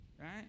right